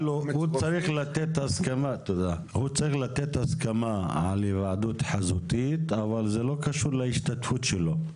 צריך לתת הסכמה על היוועדות חזותית אבל זה לא קשור להשתתפות שלו.